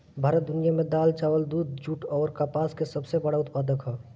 भारत दुनिया में दाल चावल दूध जूट आउर कपास का सबसे बड़ा उत्पादक ह